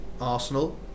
Arsenal